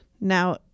Now